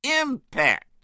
impact